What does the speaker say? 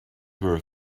were